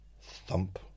thump